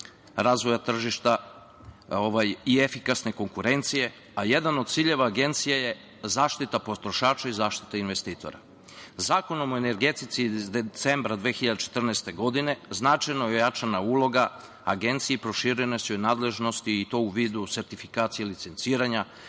razvoja tržišta i efikasne konkurencije, a jedan od ciljeva Agencije je zaštita potrošača i zaštita investitora. Zakonom o energetici iz decembra 2014. godine značajno je ojačana uloga Agencije i proširene su joj nadležnosti i to u vidu sertifikacije i licenciranja,